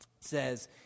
says